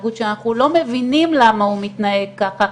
התנהגות שאנחנו לא מבינים למה הוא מתנהג ככה,